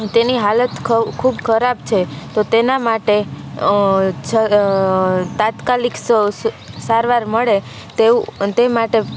તેની હાલત ખઉ ખૂબ ખરાબ છે તો તેના માટે સર તાત્કાલિક સૌ સારવાર મળે તેવું તે માટે